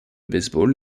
baseball